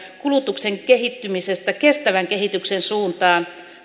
kulutuksen kehittymisestä kestävän kehityksen suuntaan